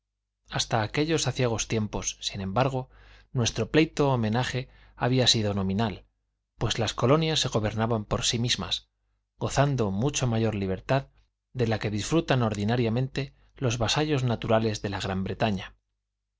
hasta aquellos aciagos tiempos sin embargo nuestro pleito homenaje había sido nominal pues las colonias se gobernaban por sí mismas gozando mucho mayor libertad de la que disfrutan ordinariamente los vasallos naturales de la gran bretaña